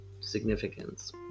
significance